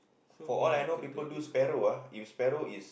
for all I know people do sparrow ah if sparrow is